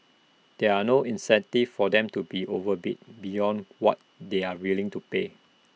there are no incentives for them to be overbid beyond what they are willing to pay